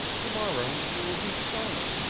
to-morrow you will be sorry.